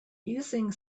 using